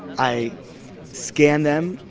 i scan them,